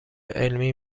علمی